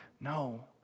no